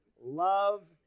love